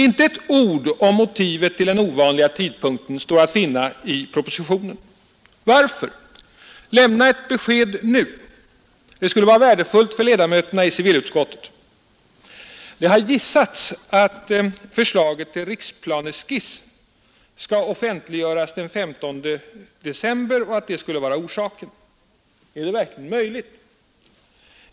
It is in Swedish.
Inte ett ord om motivet till den ovanliga tidpunkten står att finna i propositionen. Varför? Lämna ett besked nu! Det skulle vara värdefullt för ledamöterna i civilutskottet. Det har gissats att orsaken är att förslaget till riksplaneskissen skall offentliggöras den 15 december. Är det verkligen möjligt?